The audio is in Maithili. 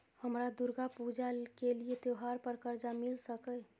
हमरा दुर्गा पूजा के लिए त्योहार पर कर्जा मिल सकय?